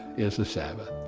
is the sabbath.